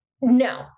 no